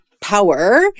power